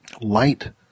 Light